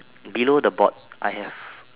below the board I have